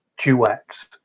duets